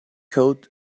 coat